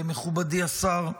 מכובדי השר,